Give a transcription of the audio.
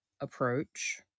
approach